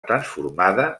transformada